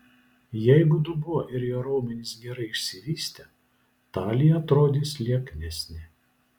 jeigu dubuo ir jo raumenys gerai išsivystę talija atrodys lieknesnė